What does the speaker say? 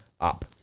up